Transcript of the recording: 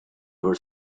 ever